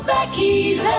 Becky's